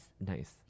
nice